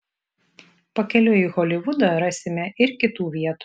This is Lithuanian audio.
pakeliui į holivudą rasime ir kitų vietų